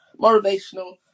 motivational